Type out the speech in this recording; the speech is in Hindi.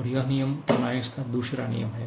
और यह नियम थर्मोडायनामिक्स का दूसरा नियम है